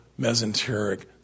mesenteric